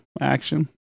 action